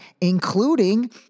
including